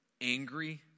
angry